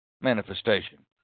manifestation